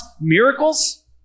miracles